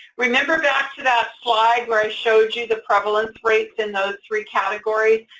remember back to that slide where i showed you the prevalence rates in those three categories?